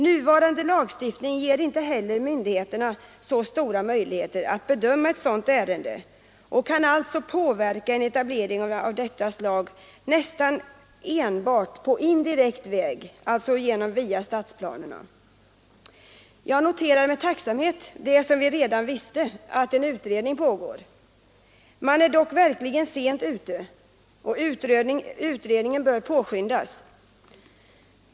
Nuvarande lagstiftning ger inte heller myndigheterna så stora möjligheter att bedöma ett sådant ärende, och dessa kan alltså påverka en etablering av detta slag nästan enbart på indirekt väg, alltså via stadsplaner. Jag noterar med tacksamhet vad vi redan visste, nämligen att en utredning pågår. Man är dock verkligen sent ute, och utredningen bör påskyndas.